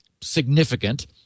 significant